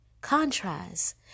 contrast